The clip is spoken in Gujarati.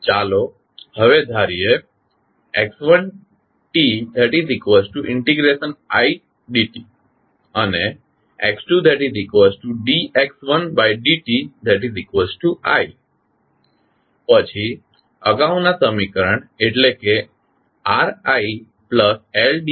ચાલો હવે ધારીએ x1titdt અને x2tdx1dtit પછી અગાઉના સમીકરણ એટલે કે RitLdidt1Cidte